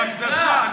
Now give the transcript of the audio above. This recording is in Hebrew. עם הקדשה.